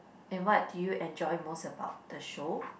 and what do you enjoy most about the show